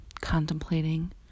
contemplating